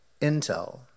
Intel